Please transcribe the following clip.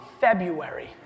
February